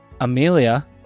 Amelia